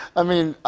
i mean,